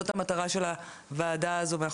זאת המטרה של הוועדה הזו.